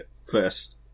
first